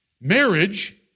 Marriage